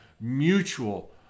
mutual